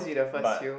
but